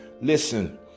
Listen